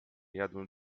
jadłem